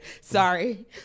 Sorry